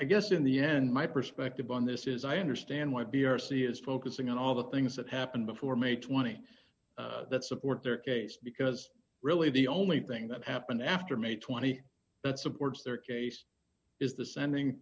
i guess in the end my perspective on this is i understand why b r c is focusing on all the things that happened before may twenty that support their case because really the only thing that happened after may twenty that supports their case is the sending